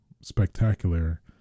spectacular